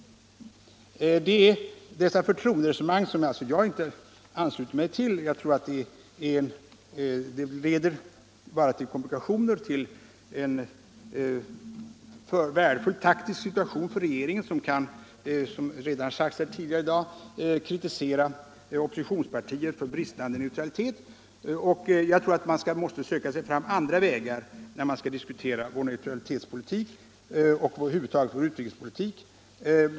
Det är dessa förtroenderesonemang som jag inte ansluter mig till. Jag tror att de bara leder till komplikationer och till en värdefull taktisk situation för regeringen som kan, vilket sagts här tidigare i dag, kritisera opositionspartier för bristande neutralitet. Jag tror att man måste söka sig fram andra vägar när man skall diskutera vår neutralitetspolitik och vår utrikespolitik över huvud taget.